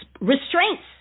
restraints